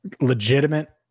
Legitimate